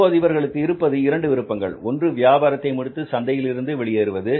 இப்போது இவர்களுக்கு இருப்பது 2 விருப்பங்கள் ஒன்று வியாபாரத்தை முடித்து சந்தையில் இருந்து வெளியேறுவது